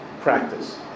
practice